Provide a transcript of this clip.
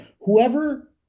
Whoever